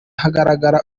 hagaragara